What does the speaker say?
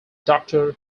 doctor